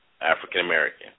African-American